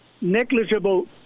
negligible